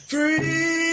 Free